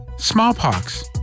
smallpox